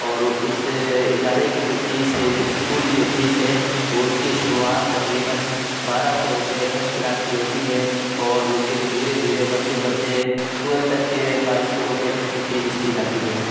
اور اس ادارے کی جو فیس ہے جو اسکول کی جو فیس ہے وہ اس کی شروعات تقریباً بارہ سو روپئے فش کلاس کی ہوتی ہے اور پھر دھیرے دھیرے بڑھتے بڑھتے ٹویلتھ تک کے بائیس سو روپئے تک کی فیس اس کی جاتی ہے